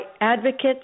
Advocates